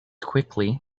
quickly